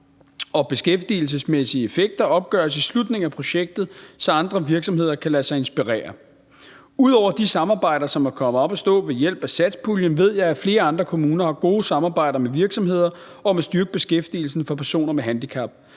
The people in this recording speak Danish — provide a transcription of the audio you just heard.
beskæftigelsesmæssige effekter opgøres i slutningen af hvert projekt, så andre virksomheder kan lade sig inspirere. Ud over de samarbejder, som er kommet op at stå ved hjælp af satspuljen, ved jeg, at flere andre kommuner har gode samarbejder med virksomheder om at styrke beskæftigelsen for personer med handicap.